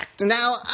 Now